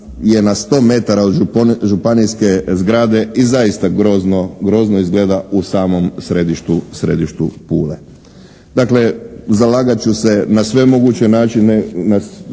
na 100 metara od županijske zgrade i zaista grozno izgleda u samom središtu Pule. Dakle zalagat ću se na sve moguće načine